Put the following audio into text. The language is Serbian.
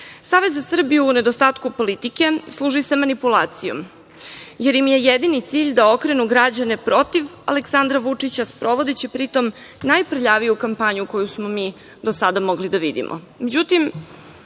priču. Savez za Srbiju, u nedostatku politike, služi se manipulacijom, jer im je jedini cilj da okrenu građane protiv Aleksandra Vučića, sprovodeći pri tome najprljaviju kampanju koju smo mi do sada mogli da